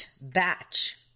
batch